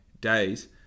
days